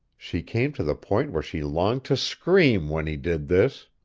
she came to the point where she longed to scream when he did this.